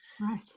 right